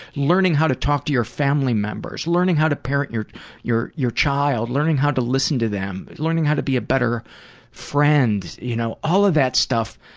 learning how to talk to your family members, learning how to parent your your child, learning how to listen to them, learning how to be a better friend, you know all of that stuff.